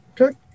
Okay